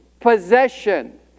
possession